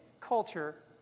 culture